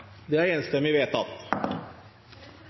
Det er